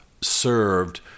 served